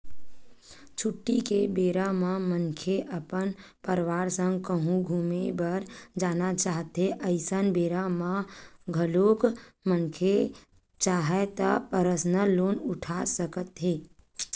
छुट्टी के बेरा म मनखे अपन परवार संग कहूँ घूमे बर जाना चाहथें अइसन बेरा म घलोक मनखे चाहय त परसनल लोन उठा सकत हे